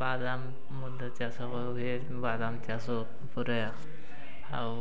ବାଦାମ ଚାଷ ହୁଏ ବାଦାମ ଚାଷ ଉପରେ ଆଉ